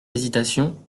hésitation